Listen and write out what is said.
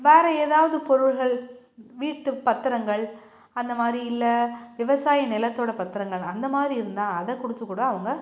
வேறு ஏதாவது பொருட்கள் வீட்டு பத்திரங்கள் அந்த மாதிரி இல்லை விவசாய நிலத்தோட பத்திரங்கள் அந்த மாதிரி இருந்தால் அதை கொடுத்து கூட அவங்க